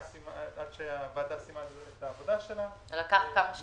עד שהוועדה סיימה את העבודה שלה --- זה לקח כמה שנים.